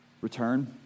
Return